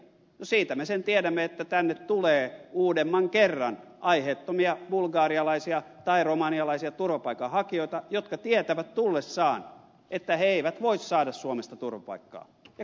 no siitä me sen tiedämme että tänne tulee uudemman kerran aiheettomia bulgarialaisia tai romanialaisia turvapaikanhakijoita jotka tietävät tullessaan että he eivät voi saada suomesta turvapaikkaa ja kuitenkin he tulevat